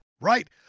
Right